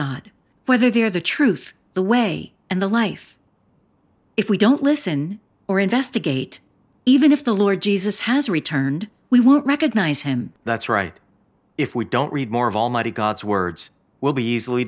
god whether they are the truth the way and the life if we don't listen or investigate even if the lord jesus has returned we won't recognize him that's right if we don't read more of almighty god's words will be easily